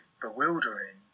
bewildering